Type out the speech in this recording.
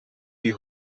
die